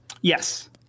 Yes